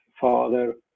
Father